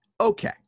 Okay